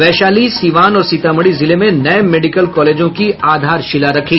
वैशाली सीवान और सीतामढ़ी जिले में नये मेडिकल कॉलेजों की ऑधारशिला रखी